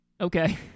okay